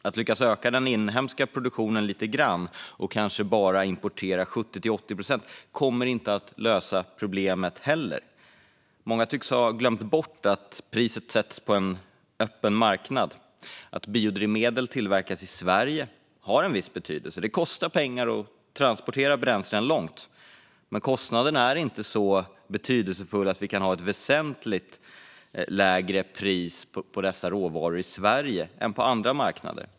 Att lyckas öka den inhemska produktionen lite grann och kanske bara importera 70-80 procent kommer inte heller att lösa problemen. Många tycks ha glömt bort att priset sätts på en öppen marknad. Att biodrivmedel tillverkas i Sverige har en viss betydelse; det kostar pengar att transportera bränslen långt. Men kostnaden är inte så betydelsefull att vi kan ha ett väsentligt lägre pris i Sverige än på andra marknader.